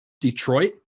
Detroit